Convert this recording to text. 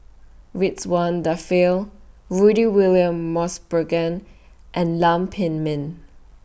Ridzwan Dzafir Rudy William Mosbergen and Lam Pin Min